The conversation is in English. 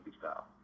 style